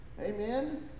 Amen